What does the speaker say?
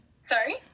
Sorry